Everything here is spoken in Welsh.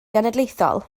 genedlaethol